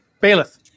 Bailiff